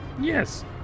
Yes